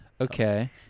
Okay